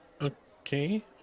Okay